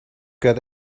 got